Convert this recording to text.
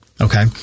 Okay